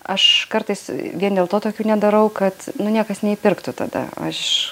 aš kartais vien dėl to tokių nedarau kad nu niekas neįpirktų tada aš